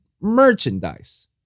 merchandise